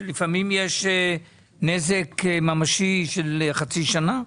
שלפעמים יש נזק ממשי של חצי שנה?